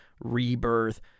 rebirth